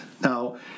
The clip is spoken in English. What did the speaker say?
Now